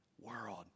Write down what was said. world